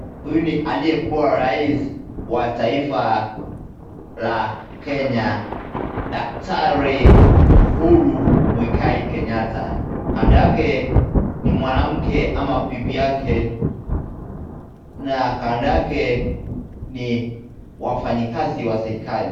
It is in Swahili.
Huyu ni aliye kuwa rais, wa taifa, la Kenya, daktari, Uhuru Muigai Kenyatta, kando yake, ni mwanamke ama pibi yake, na kando yake, ni, wafanyikazi wa serikali.